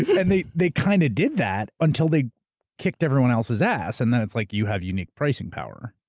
but and they they kind of did that until they kicked everyone else's ass, and then it's like you have unique pricing power.